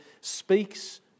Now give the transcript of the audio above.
speaks